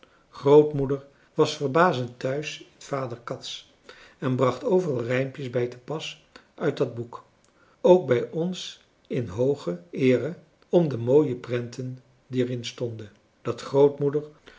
grootmoeder was verbazend thuis in vader cats en bracht overal rijmpjes bij te pas uit dat boek ook bij ons in hooge eere om de mooie prenten die er in stonden dat grootmoeder